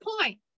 point